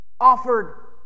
offered